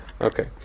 okay